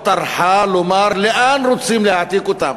לא טרחה לומר לאן רוצים להעתיק אותם.